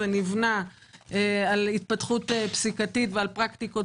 זה נבנה על התפתחות פסיקתית ועל פרקטיקות